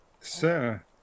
Sir